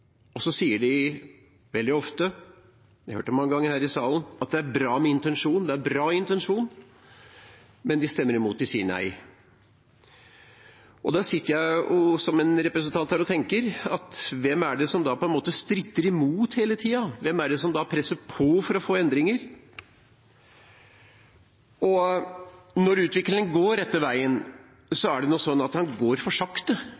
kommer. Så sier man veldig ofte – jeg har hørt det mange ganger her i salen – at intensjonen er bra, men så stemmer man imot, man sier nei. Da sitter jeg her som representant og tenker: Hvem er det som stritter imot hele tiden, hvem er det som presser på for å få endringer? Når utviklingen går den rette veien, går den rett og slett for sakte.